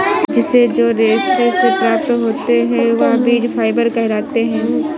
बीज से जो रेशे से प्राप्त होते हैं वह बीज फाइबर कहलाते हैं